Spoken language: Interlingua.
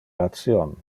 ration